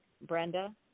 Brenda